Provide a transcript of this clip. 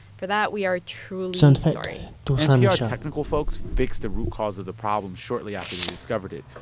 for that, we are truly sorry npr technical folks fixed the root cause of the problem shortly after they discovered it,